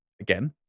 Again